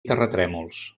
terratrèmols